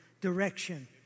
direction